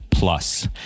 Plus